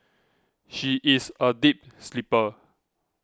she is a deep sleeper